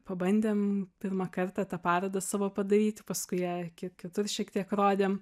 pabandėm pirmą kartą tą parodą savo padaryti paskui ją kiek kitur šiek tiek rodėm